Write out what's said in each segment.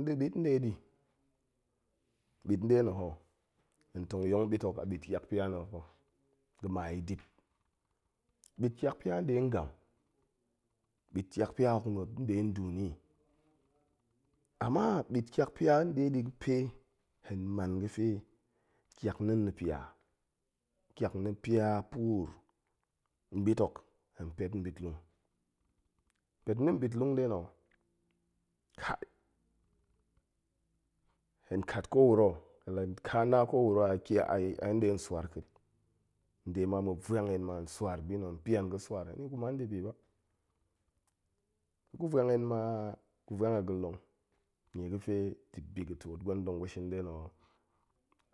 Nda̱ ɓit nɗe ɗi, ɓit nɗe na̱ ho hen tong yong ɓit hok a ɓit ƙiak pia na̱ ho, ga̱ ma i dip ɓit ƙiak pia nɗe ngam ɓit ƙiak pia hok muop nɗe nduni, ama ɓit ƙiak pia nɗe ɗi ga̱fe hen man ga̱fe ƙiak na̱n na̱, ƙiak na̱ pia puur, nɓit hok, hen pet nɓitlung, pet na̱ nɓitlung nne na̱, kai, hen kat ko wuro, hen la ka na kowuro a kia, hen ɗe nswar ƙiit, nde ma muop vwang hen ma hen swar bina̱, hen pian ga̱ swar he ni gu man ndibi ba. lagu vuang hen ma. gu vuang a ga̱long nie ga̱fe dip biga̱ twoot gwen tong gu shin nɗe na̱ ho,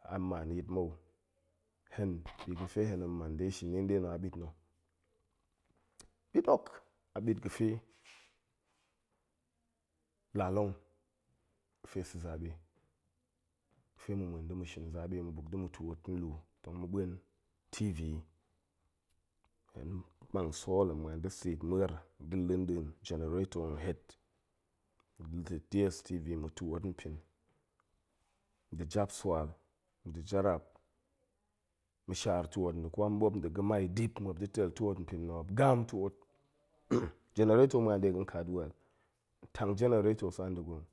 a nman yit mou hen bi ga̱ fe hen man dai, shini nɗe no ho a ɓit na̱, ɓit hok a ɓit ga̱fe lalong, ga̱fe sa̱ zaɓe, ga̱fe mu ma̱en da̱ mu shin zaɓe mu buk da̱ mu twoot nluu tong mu ma̱en tv yi, hen mang sool hen ma̱an da̱ seet muer da̱ la̱ nɗin generator hen het nda̱ dstv, ma̱ twoot npin, nda̱ japsual nda̱ jaraap, ma̱shaar twoot nda̱ kwamɓop nda̱ ga̱mai, dip muop da̱ tel twoot npin na̱ hok, muop gam twoot, generator ma̱an de ga̱n kat wel, hen tang generator nsa nda̱gurum